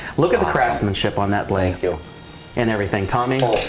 look at the craftsmanship on that blanket and everything. tommy.